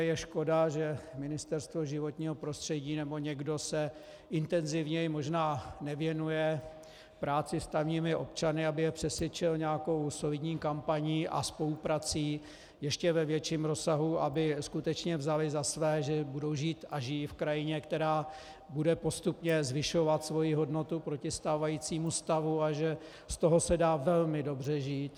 Je škoda, že Ministerstvo životního prostředí nebo někdo se intenzivněji možná nevěnuje práci s tamními občany, aby je přesvědčil nějakou solidní kampaní a spoluprací ještě ve větším rozsahu, aby skutečně vzali za své, že budou žít a žijí v krajině, která bude postupně zvyšovat svoji hodnotu proti stávajícímu stavu a že z toho se dá velmi dobře žít.